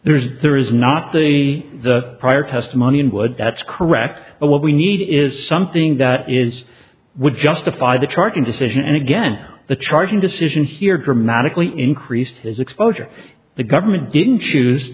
there is there is not see the prior testimony and would that's correct but what we need is something that is would justify the charging decision and again the charging decision here dramatically increased his exposure the government didn't choose